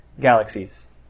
galaxies